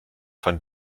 von